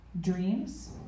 dreams